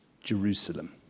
Jerusalem